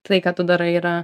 tai ką tu darai yra